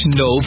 no